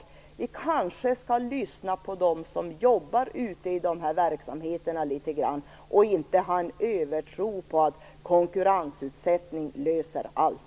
Vi skall kanske lyssna litet grand på dem som jobbar ute i verksamheterna och inte ha en övertro på att konkurrensutsättning löser allt.